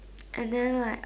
and then right